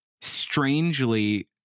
strangely